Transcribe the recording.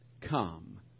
come